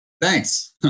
thanks